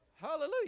Hallelujah